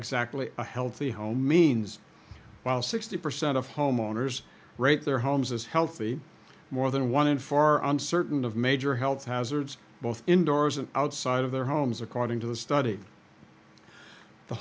exactly a healthy home means while sixty percent of homeowners rate their homes as healthy more than one in far on certain of major health hazards both indoors and outside of their homes according to the study the